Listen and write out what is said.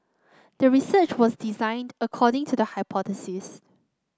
the research was designed according to the hypothesis